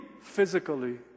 physically